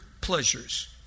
pleasures